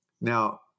Now